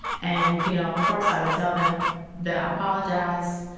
and you know, of course i would tell them that i apologize.